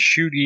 shooty